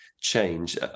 change